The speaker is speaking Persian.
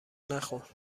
نخور